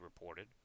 reported